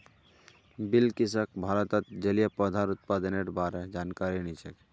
बिलकिसक भारतत जलिय पौधार उत्पादनेर बा र जानकारी नी छेक